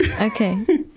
Okay